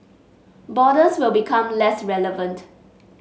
borders will become less relevant